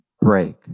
break